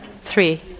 three